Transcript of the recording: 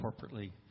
corporately